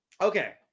Okay